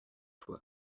fois